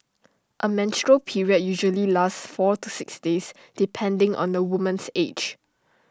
A menstrual period usually lasts four to six days depending on the woman's age